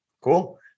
Cool